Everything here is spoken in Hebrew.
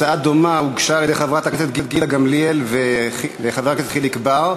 הצעה דומה הוגשה על-ידי חברת הכנסת גילה גמליאל וחבר הכנסת חיליק בר.